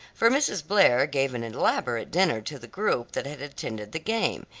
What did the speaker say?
for mrs. blair gave an elaborate dinner to the group that had attended the game,